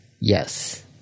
Yes